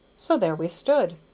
so there we stood.